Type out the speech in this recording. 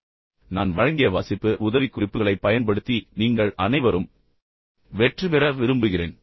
எனவே நான் வழங்கிய வாசிப்பு மற்றும் வாசிப்பு உதவிக்குறிப்புகளைப் பயன்படுத்தி நீங்கள் அனைவரும் வெற்றிபெற விரும்புகிறேன்